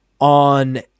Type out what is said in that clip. on